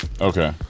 Okay